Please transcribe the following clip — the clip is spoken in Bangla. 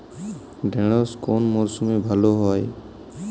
ঢেঁড়শ কোন মরশুমে ভালো হয়?